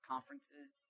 Conferences